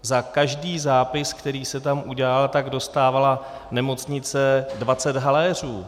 Za každý zápis, který se tam udělal, dostávala nemocnice 20 haléřů.